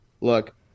look